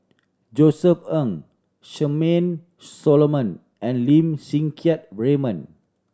Josef Ng Charmaine Solomon and Lim Siang Keat Raymond